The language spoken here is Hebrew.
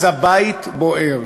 אז הבית בוער.